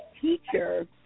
teacher